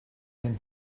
him